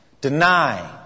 Deny